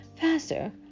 faster